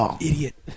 Idiot